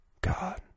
God